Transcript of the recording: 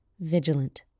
vigilant